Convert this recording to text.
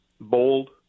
bold